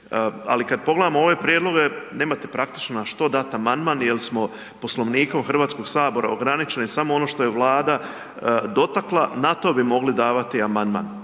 ali kad pogledamo ove prijedloge nemate praktično na što dati amandman jer smo Poslovnikom Hrvatskog sabora ograničeni samo ono što je Vlada dotakla na to bi mogli davati amandman.